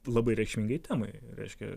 labai reikšmingai temai reiškia